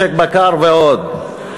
משק בקר ועוד.